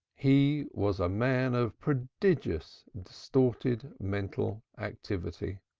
he was a man of prodigious distorted mental activity.